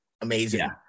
amazing